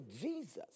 Jesus